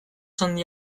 handia